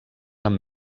amb